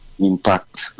impact